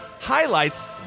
highlights